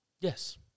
Yes